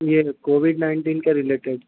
یہ covid nineteen کے related